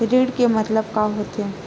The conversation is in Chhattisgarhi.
ऋण के मतलब का होथे?